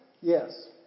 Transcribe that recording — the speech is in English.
Yes